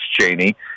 Cheney